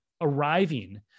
arriving